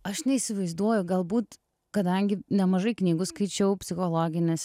aš neįsivaizduoju galbūt kadangi nemažai knygų skaičiau psichologines